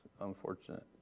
unfortunate